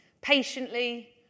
patiently